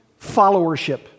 followership